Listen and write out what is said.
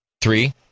Three